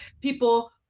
people